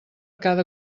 cada